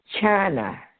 China